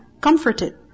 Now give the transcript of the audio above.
comforted